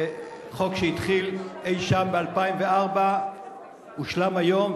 וחוק שהתחיל אי-שם ב-2004 הושלם היום,